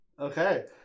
Okay